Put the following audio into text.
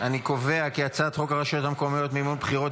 ההצעה להעביר את הצעת חוק הרשויות המקומיות (מימון בחירות)